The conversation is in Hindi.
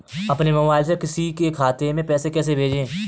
अपने मोबाइल से किसी के खाते में पैसे कैसे भेजें?